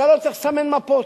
אתה לא צריך לסמן מפות.